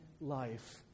life